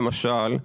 למשל,